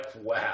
wow